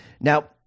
Now